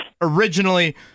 originally